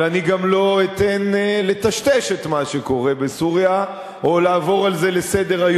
אבל אני גם לא אתן לטשטש את מה שקורה בסוריה או לעבור על זה לסדר-היום,